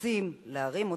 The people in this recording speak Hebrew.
ורוצים להרים אותו,